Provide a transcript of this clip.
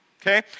Okay